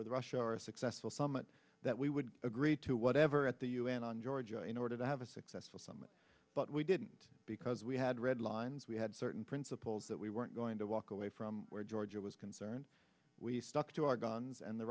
with russia or a successful summit that we would agree to whatever at the u n on georgia in order to have a successful summit but we didn't because we had red lines we had certain principles that we weren't going to walk away from where georgia was concerned we stuck to our guns and the